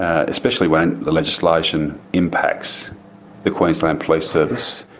ah especially when the legislation impacts the queensland police service,